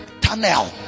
tunnel